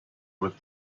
with